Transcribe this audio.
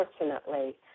unfortunately